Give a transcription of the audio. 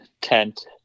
tent